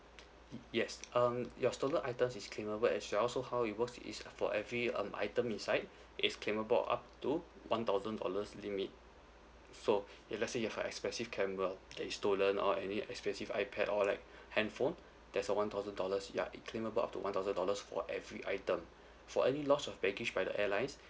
yes um your stolen items is claimable as well so how it works is for every um item inside it's claimable up to one thousand dollars limit so if let's say you have a expensive camera that is stolen or any expensive ipad or like handphone there's a one thousand dollars ya it claimable up to one thousand dollars for every item for any loss of baggage by the airlines